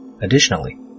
Additionally